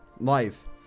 life